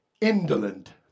Indolent